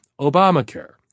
Obamacare